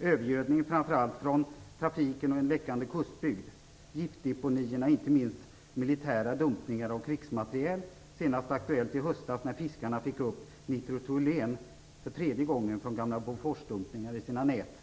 Övergödningen, framför allt från trafiken och en läckande kustbygd, giftdeponierna, inte minst militära dumpningar av krigsmateriel - senast Aktuellt i höstas när fiskare fick upp nitroulen för tredje gången från gamla Boforsdumpningar i sina nät.